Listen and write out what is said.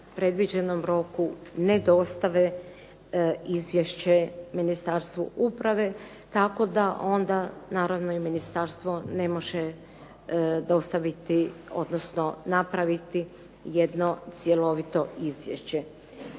predviđenom roku ne dostave izvješće Ministarstvu uprave tako da onda naravno i ministarstvo ne može dostaviti, odnosno napraviti jedno cjelovito izvješće.